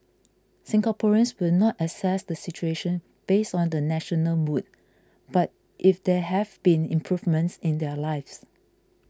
Singaporeans will not assess the situation based on the national mood but if there have been improvements in their lives